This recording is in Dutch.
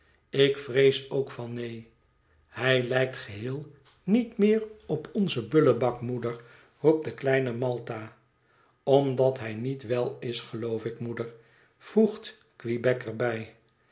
ik vrees ook van neen hij lijkt geheel niet meer op onzen bullebak moeder roept de kleine malta omdat hij niet wel is geloof ik moeder voegt quebec er